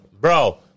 Bro